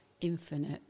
infinite